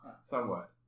somewhat